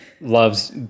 loves